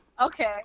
Okay